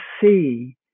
see